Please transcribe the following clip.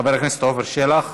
חבר הכנסת עפר שלח,